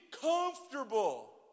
comfortable